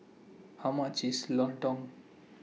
How much IS Lontong